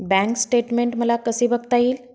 Bank statement मला कसे बघता येईल?